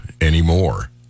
anymore